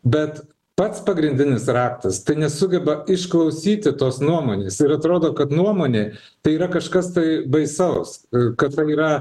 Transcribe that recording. bet pats pagrindinis raktas tai nesugeba išklausyti tos nuomonės ir atrodo kad nuomonė tai yra kažkas tai baisaus kad yra